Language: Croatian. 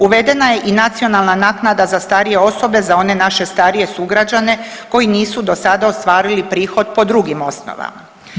Uvedena je i nacionalna naknada za starije osobe za one naše starije sugrađane koji nisu do sada ostvarili prihod po drugim osnovama.